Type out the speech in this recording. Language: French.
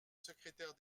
secrétaire